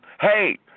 hey